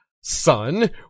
son